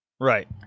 Right